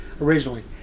originally